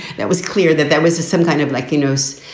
that was clear that there was some kind of like you knows,